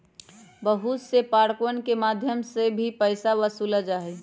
बहुत से पार्कवन के मध्यम से भी पैसा वसूल्ल जाहई